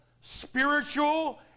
spiritual